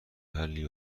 حلی